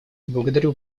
благодарю